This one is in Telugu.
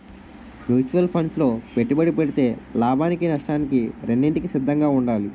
మ్యూచువల్ ఫండ్సు లో పెట్టుబడి పెడితే లాభానికి నష్టానికి రెండింటికి సిద్ధంగా ఉండాలి